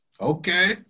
Okay